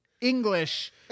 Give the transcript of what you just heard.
English